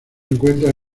encuentra